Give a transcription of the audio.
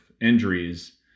injuries